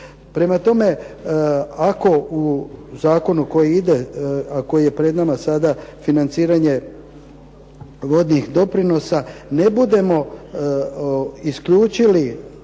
Prema tome, ako u zakonu koji ide, a koji je pred nama sada financiranje vodnih doprinosa, ne budemo isključili